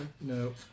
no